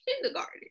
kindergarten